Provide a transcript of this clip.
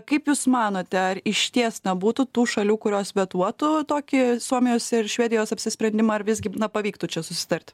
kaip jūs manote ar išties na būtų tų šalių kurios vetuotų tokį suomijos ir švedijos apsisprendimą ar visgi na pavyktų čia susitarti